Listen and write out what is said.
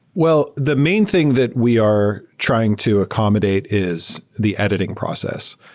well, the main thing that we are trying to accommodate is the editing process.